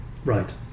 Right